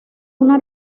una